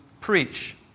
preach